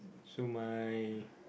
so my